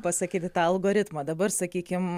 pasakyti tą algoritmą dabar sakykim